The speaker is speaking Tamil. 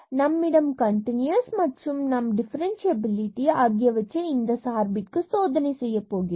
நம்மிடம் கன்டினுயஸ் மற்றும் நாம் டிஃபரன்ஸ்சியபிலிட்டி ஆகியவற்றை இந்த சார்பிற்கு சோதனை செய்யப் போகிறோம்